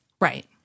Right